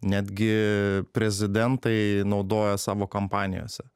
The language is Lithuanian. netgi prezidentai naudoja savo kampanijose